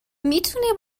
میتونی